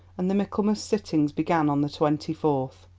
and the michaelmas sittings began on the twenty fourth.